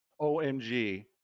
Omg